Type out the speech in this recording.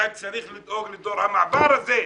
אתה צריך לדאוג לדור המעבר הזה.